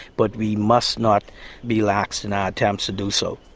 but we must not be lax in our attempts to do so.